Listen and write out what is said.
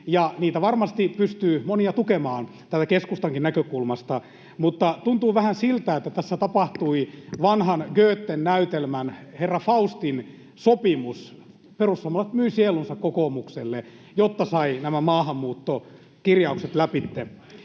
niitä varmasti pystyy tukemaan täältä keskustankin näkökulmasta, mutta tuntuu vähän siltä, että tässä tapahtui vanhan Goethen näytelmän herra Faustin sopimus: perussuomalaiset myivät sielunsa kokoomukselle, jotta saivat nämä maahanmuuttokirjaukset läpi.